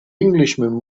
englishman